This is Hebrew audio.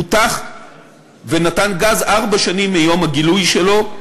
פותח ונתן גז ארבע שנים מיום הגילוי שלו.